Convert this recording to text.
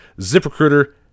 ZipRecruiter